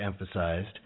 emphasized